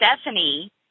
Stephanie